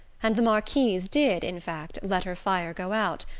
and the marquise did, in fact, let her fire go out.